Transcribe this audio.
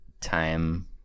time